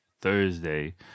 Thursday